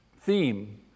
theme